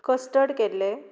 custard केल्लें